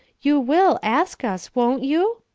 you will ask us, won't you?